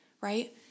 right